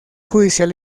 judicial